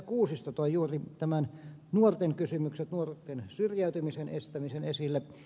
kuusisto toi juuri nämä nuorten kysymykset nuorten syrjäytymisen estämisen esille